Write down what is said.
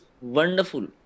wonderful